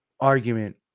argument